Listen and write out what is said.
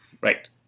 Right